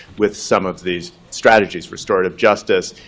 with some of these strategies restorative justice,